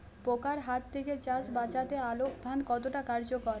পোকার হাত থেকে চাষ বাচাতে আলোক ফাঁদ কতটা কার্যকর?